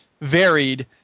varied